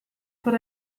per